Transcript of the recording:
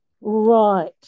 Right